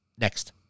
next